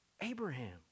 Abraham